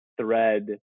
thread